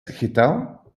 getal